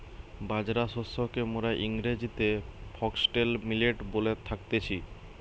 বাজরা শস্যকে মোরা ইংরেজিতে ফক্সটেল মিলেট বলে থাকতেছি